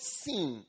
seen